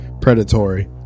Predatory